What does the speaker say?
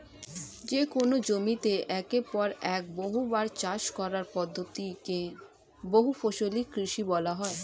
যেকোন জমিতে একের পর এক বহুবার চাষ করার পদ্ধতি কে বহুফসলি কৃষি বলা হয়